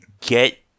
get